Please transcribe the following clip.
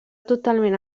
totalment